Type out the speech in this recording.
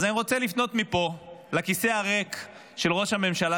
אז אני רוצה לפנות מפה לכיסא הריק של ראש הממשלה,